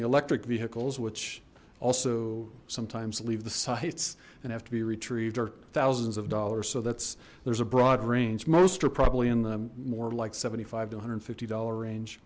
the electric vehicles which also sometimes leave the sights and have to be retrieved are thousands of dollars so that's there's a broad range most are probably in the more like seventy five to one hundred and fifty dollars range